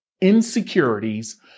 insecurities